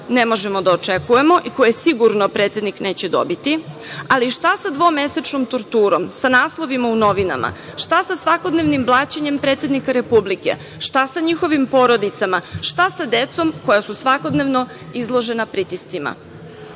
ne možemo da očekujemo i koje sigurno predsednik dobiti. Ali, šta sa dvomesečnom torturom, sa naslovima u novinama? Šta sa svakodnevnim blaćenjem predsednika Republike? Šta sa njihovim porodicama? Šta sa decom koja su svakodnevno izložena pritiscima? Državni